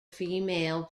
female